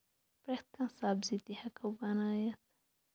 پرٛٮ۪تھ کانٛہہ سَبزی تہِ ہٮ۪کو بَنٲیِتھ